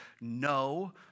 no